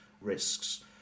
risks